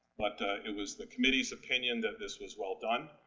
but it was the committee's opinion that this was well done,